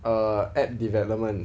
uh app development